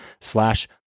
slash